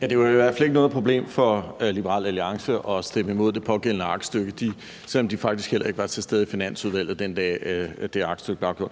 Det var i hvert fald ikke noget problem for Liberal Alliance at stemme imod det pågældende aktstykke, selv om de faktisk heller ikke var til stede i Finansudvalget, den dag det aktstykke blev afgjort.